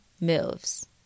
moves